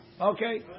okay